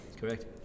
Correct